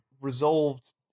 resolved